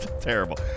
Terrible